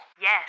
Yes